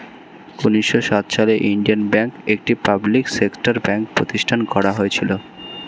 উন্নিশো সাত সালে ইন্ডিয়ান ব্যাঙ্ক, একটি পাবলিক সেক্টর ব্যাঙ্ক প্রতিষ্ঠান করা হয়েছিল